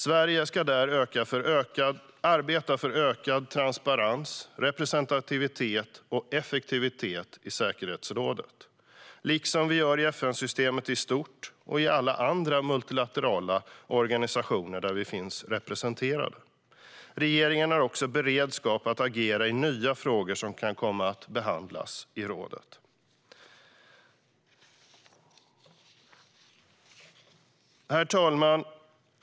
Sverige ska arbeta för ökad transparens, representativitet och effektivitet i säkerhetsrådet, liksom vi gör i FN-systemet i stort och i alla andra multilaterala organisationer där vi finns representerade. Regeringen har också beredskap att agera i nya frågor som kan komma att behandlas i rådet. Herr talman!